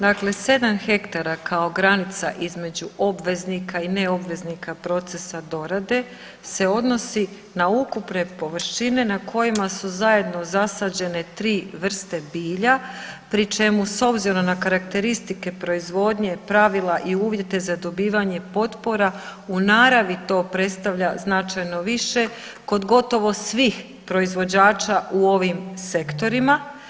Dakle, 7 hektara kao granica između obveznika i ne obveznika procesa dorade se odnosi na ukupne površine na kojima su zajedno zasađene 3 vrste bilja pri čemu s obzirom na karakteristike proizvodnje, pravila i uvjete za dobivanje potpora u naravi to predstavlja značajno više kod gotovo svih proizvođača u ovim sektorima.